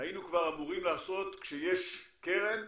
שהיינו אמורים כבר לעשות כשיש קרן,